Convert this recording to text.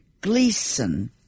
Gleason